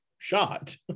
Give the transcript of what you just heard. shot